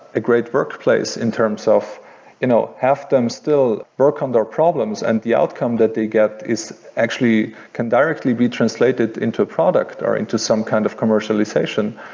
a great workplace in terms of you know have them still work on their problems and the outcome that they get is actually can directly be translated into a product, or into some kind of commercialization.